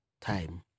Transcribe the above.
time